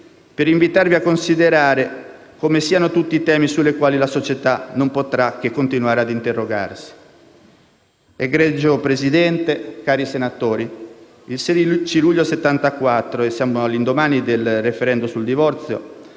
per invitarvi a considerare come siano tutti temi sui quali la società non potrà che continuare a interrogarsi. Egregio Presidente, cari senatori, il 16 luglio 1974 - siamo all'indomani del *referendum* sul divorzio